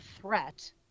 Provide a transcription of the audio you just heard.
threat